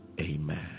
amen